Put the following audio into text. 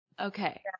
Okay